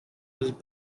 was